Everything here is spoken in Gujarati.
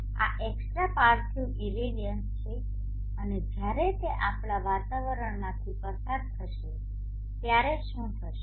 આ એક્સ્ટ્રા પાર્થિવ ઇરેડિયન્સ છે અને જ્યારે તે આપણા વાતાવરણમાંથી પસાર થશે ત્યારે શું થશે